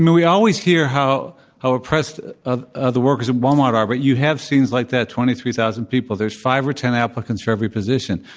we always hear ah oppressed ah ah the workers at walmart are, but you have scenes like that, twenty three thousand people. there's five or ten applicants for every position.